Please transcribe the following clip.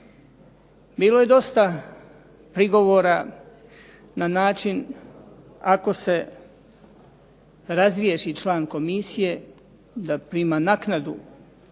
Bilo je dosta prigovora na način ako se razriješi član komisije da prima naknadu